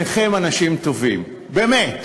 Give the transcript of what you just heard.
שניכם אנשים טובים, באמת,